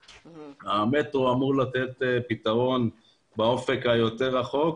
המטרו אמור לתת פתרון באופק היותר רחוק,